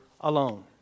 alone